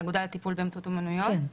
האגודה לטיפול באמצעות אומנויות.